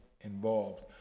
involved